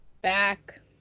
back